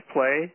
Play